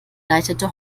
leitete